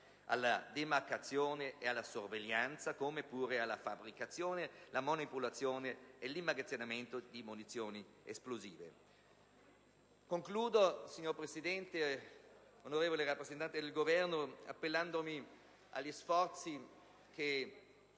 alla demarcazione e alla sorveglianza come pure alla fabbricazione, alla manipolazione e all'immagazzinamento di munizioni esplosive. Concludo, signor Presidente, onorevole rappresentante del Governo, appellandomi agli sforzi che